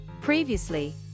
previously